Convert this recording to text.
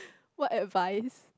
what advice